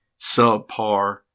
subpar